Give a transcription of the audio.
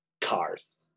Cars